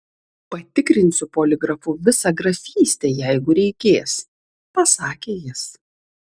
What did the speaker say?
patikrinsiu poligrafu visą grafystę jeigu reikės pasakė jis